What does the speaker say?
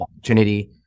opportunity